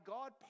God